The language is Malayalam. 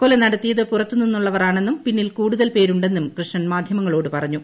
കൊല നടത്തിയത് പുറത്ത് നിന്നുള്ളവർ ആണെന്നും പിന്നിൽ കൂടുതൽ പേരുണ്ടെന്നും കൃഷ്ണൻ മാധ്യമങ്ങളോട് പറഞ്ഞു